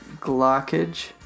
Glockage